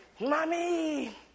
Mommy